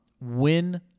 win